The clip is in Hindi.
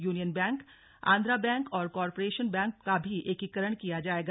यूनियन बैंक आन्ध्रा बैंक और कॉरपोरेशन बैंकों का भी एकीकरण किया जाएगा